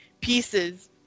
Pieces